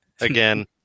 again